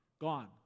Gone